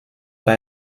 pas